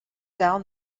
down